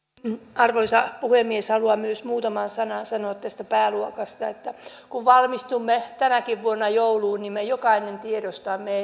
arvoisa puhemies haluan myös muutaman sanan sanoa tästä pääluokasta kun valmistumme tänäkin vuonna jouluun niin me jokainen tiedostamme